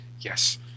yes